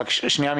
רק רגע.